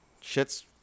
Shit's